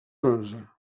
bronze